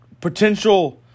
potential